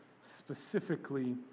specifically